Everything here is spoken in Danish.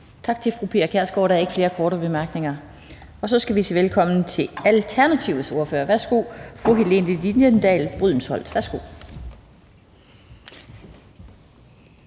Tak til fru Pia Kjærsgaard. Der er ikke flere korte bemærkninger. Så skal vi sige velkommen til Alternativets ordfører. Værsgo, fru Helene Liliendahl Brydensholt. Kl.